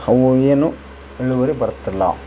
ಅವು ಏನು ಇಳುವರಿ ಬರ್ತಿಲ್ಲ